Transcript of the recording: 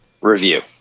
review